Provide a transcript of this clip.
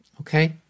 Okay